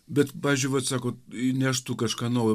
bet pavyzdžiui vat sakot įneštų kažką naujo